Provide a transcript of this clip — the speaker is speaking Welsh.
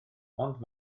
ond